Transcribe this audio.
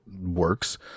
works